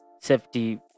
safety